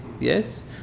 yes